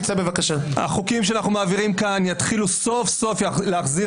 החוקים שאנחנו מעבירים כאן יתחילו סוף-סוף להחזיר